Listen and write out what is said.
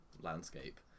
landscape